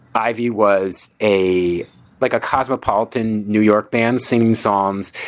ivy was a like a cosmopolitan new york band singing songs,